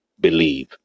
Believe